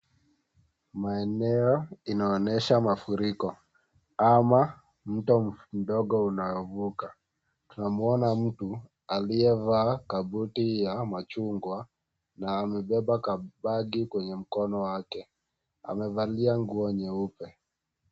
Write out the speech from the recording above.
Maeneo inaonyesha mafuriko ama mto mdogo unaovuka tunamwona mtu aliyevaa kabuti ya machungwa na amebeba ka bagi kwenye mkono wake amevalia nguo nyeupe.